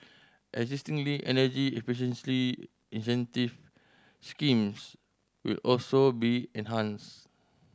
existingly energy efficiencily incentive schemes will also be enhanced